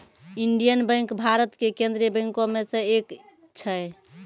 Indian bank Bharat के केन्द्रीय बैंको मे से एक छै